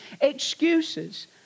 excuses